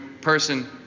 person